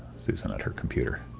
susan at her computer.